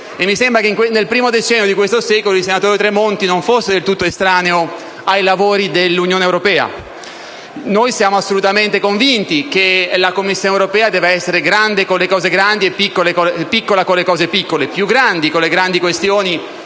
e mi sembra che nel primo decennio di questo secolo il senatore Tremonti non fosse del tutto estraneo ai lavori dell'Unione europea. Noi siamo assolutamente convinti che la Commissione europea debba essere grande con le cose grandi e piccola con le cose piccole: più grande con le grandi questioni